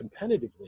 competitively